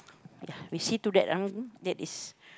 ya we so that are you that is